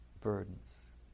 burdens